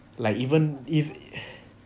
like even if